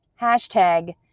hashtag